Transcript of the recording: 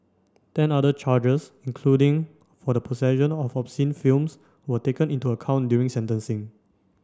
ten other charges including for the possession of obscene films were taken into account during sentencing